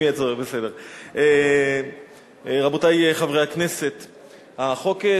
תועבר לוועדת החוץ